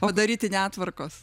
o daryti netvarkos